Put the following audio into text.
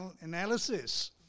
analysis